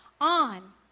on